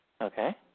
Okay